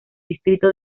distrito